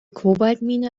kobaltmine